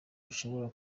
rishobora